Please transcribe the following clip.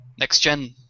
Next-gen